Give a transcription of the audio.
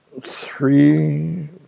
three